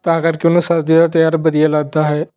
ਤਾਂ ਕਰਕੇ ਮੈਨੂੰ ਸਰਦੀਆਂ ਦਾ ਤਿਉਹਾਰ ਵਧੀਆ ਲੱਗਦਾ ਹੈ